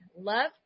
Love